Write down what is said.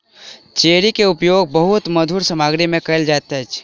cherry के उपयोग बहुत मधुर सामग्री में कयल जाइत अछि